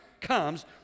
comes